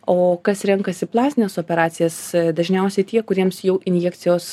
o kas renkasi plastines operacijas dažniausiai tie kuriems jau injekcijos